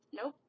nope